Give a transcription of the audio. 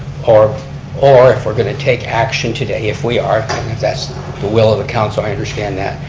or or if we're going to take action today, if we are, and that's the will of the council, i understand that.